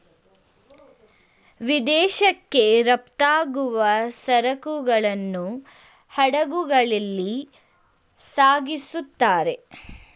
ವಿದೇಶಕ್ಕೆ ರಫ್ತಾಗುವ ಸರಕುಗಳನ್ನು ಹಡಗುಗಳಲ್ಲಿ ಸಾಗಿಸುತ್ತಾರೆ